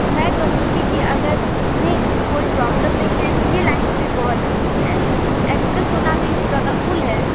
मैं कहूँगी कि अगर उन्हें कोई प्रॉब्लम नहीं है तो ये लाइफ़ भी बहुत अच्छी है एक्ट्रेस होना भी स्ट्रगलफुल है